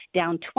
down